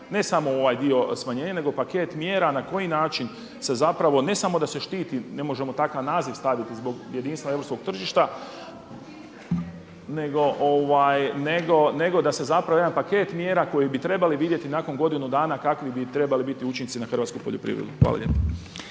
ne samo ovaj dio smanjenja nego paket mjera na koji način se zapravo ne samo da se štiti, ne možemo takav naziv staviti zbog jedinstva europskog tržišta, nego da se zapravo jedan paket mjera koji bi trebali vidjeti nakon godinu dana kakvi bi trebali biti učinci na hrvatsku poljoprivredu. Hvala lijepo.